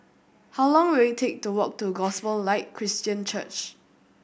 how long will it take to walk to Gospel Light Christian Church